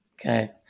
okay